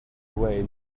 away